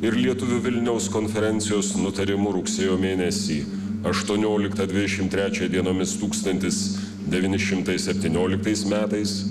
ir lietuvių vilniaus konferencijos nutarimu rugsėjo mėnesį aštuonioliktą dvidešimt trečią dienomis tūkstantis devyni šimtai septynioliktais metais